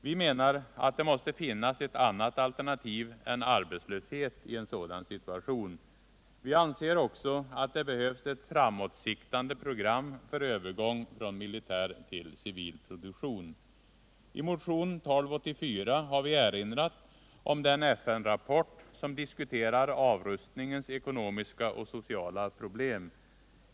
Vi menar att det måste finnas ett annat alternativ än arbetslöshet i en sådan situation. Vi anser också att det behövs ett framåtsiktande program för övergång från militär till civil produktion. I motionen 1284 har vi erinrat om den FN-rapport som diskuterar avrustningens ekonomiska och sociala problem.